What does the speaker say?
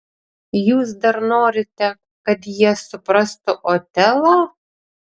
jūs dar norite kad jie suprastų otelą